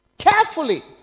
Carefully